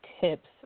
tips